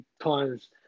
times